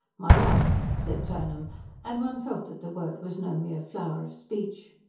my love, said turnham and one felt that the word was no mere flower of speech.